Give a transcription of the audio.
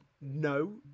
No